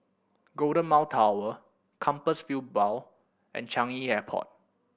Golden Mile Tower Compassvale Bow and Changi Airport